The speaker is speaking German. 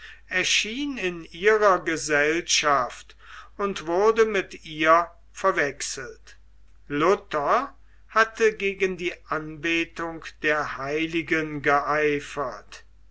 erschien in ihrer gesellschaft und wurde mit ihr verwechselt luther hatte gegen die anbetung der heiligen geeifert